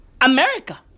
America